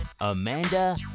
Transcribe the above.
Amanda